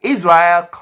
Israel